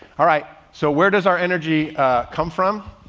all right, so where does our energy come from?